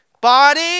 body